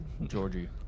Georgie